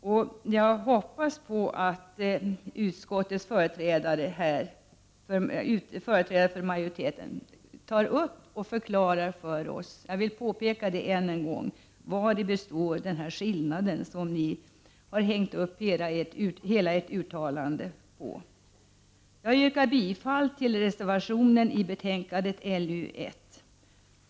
Jag hoppas att företrädare för utskottsmajoriteten förklarar detta för oss. Vari består den här skillnaden som ni har hängt upp hela ert uttalande på?